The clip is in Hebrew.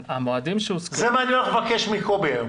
זה מה שאני הולך לבקש היום מקובי.